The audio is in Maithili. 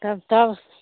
कब कब